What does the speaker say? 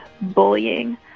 bullying